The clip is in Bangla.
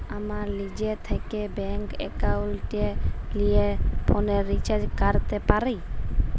আমরা লিজে থ্যাকে ব্যাংক একাউলটে লিয়ে ফোলের রিচাজ ক্যরতে পারি